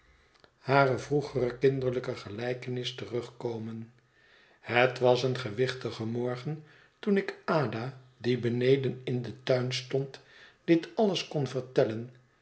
hare vroegere kinderlijke gelijkenis terugkomen het was een gewichtige morgen toen ik ada die beneden in den tuin stond dit alles kon vertellen